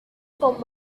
con